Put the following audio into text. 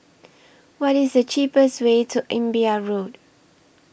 What IS The cheapest Way to Imbiah Road